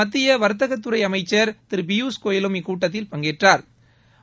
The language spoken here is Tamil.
மத்திய வர்த்தக துறை அமைச்சர் திரு பியூஸ் கோயலும் இக்கூட்டத்தில் பங்கேற்றாா்